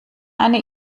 eine